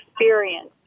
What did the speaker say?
experience